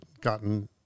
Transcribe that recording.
gotten